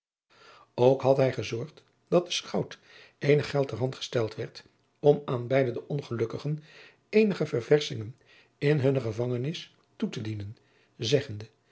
ok had hij gezorgd dat den chout eenig geld ter hand gesteld werd om aan beide de ongelukkigen eenige ververschingen in hunne gevangenis toe te dienen zeggende